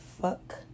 fuck